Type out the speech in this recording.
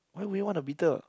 why would you want a beetle